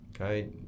okay